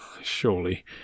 surely